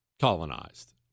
colonized